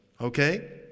Okay